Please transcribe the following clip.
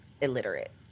illiterate